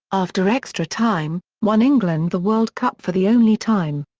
after extra time, won england the world cup for the only time.